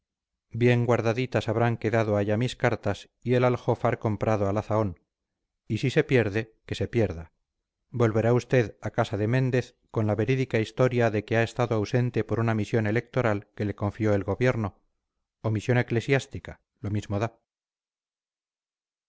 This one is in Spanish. bien guardaditas habrán quedado allá mis cartas y el aljófar comprado a la zahón y si se pierde que se pierda volverá usted a casa de méndez con la verídica historia de que ha estado ausente por una misión electoral que le confió el gobierno o misión eclesiástica lo mismo da